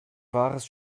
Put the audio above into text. wahres